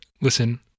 listen